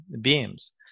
beams